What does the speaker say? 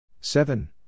Seven